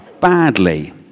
badly